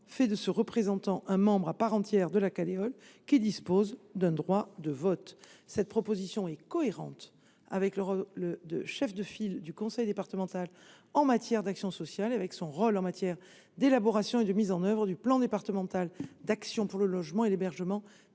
faire de ce représentant un membre à part entière de la Caleol disposant d’un droit de vote. Cette proposition est cohérente avec le rôle de chef de file du conseil départemental en matière d’action sociale et avec son rôle en matière d’élaboration et de mise en œuvre du plan départemental d’action pour le logement et l’hébergement